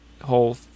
whole